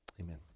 Amen